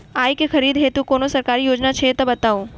आइ केँ खरीदै हेतु कोनो सरकारी योजना छै तऽ बताउ?